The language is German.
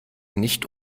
nicht